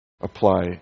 Apply